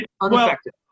unaffected